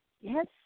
Yes